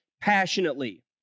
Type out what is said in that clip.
passionately